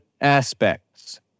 aspects